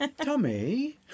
Tommy